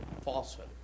falsehood